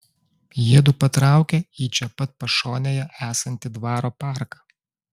jiedu patraukia į čia pat pašonėje esantį dvaro parką